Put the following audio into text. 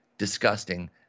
disgusting